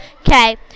okay